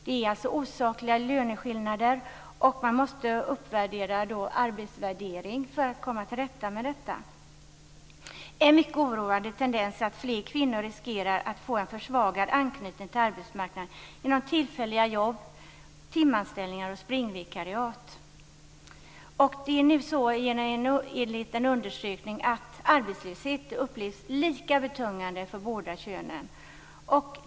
Det förekommer osakliga löneskillnader, och för att komma till rätta med detta måste kvinnors arbete uppvärderas. En mycket oroande tendens är att fler kvinnor riskerar att få en försvagad anknytning till arbetsmarknaden genom att hänvisas till tillfälliga jobb, timanställningar och springvikariat. Enligt en gjord undersökning upplevs arbetslöshet som lika betungande av båda könen.